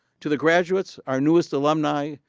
to the graduates, our newest alumni,